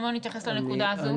מימון יתייחס לנקודה הזו.